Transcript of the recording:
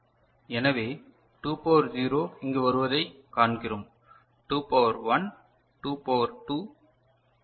எனவே 2 பவர் 0 இங்கு வருவதைக் காண்கிறோம் 2 பவர் 1 2 பவர் 2 மற்றும் 2 பவர் 3